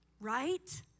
Right